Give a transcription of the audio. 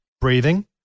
breathing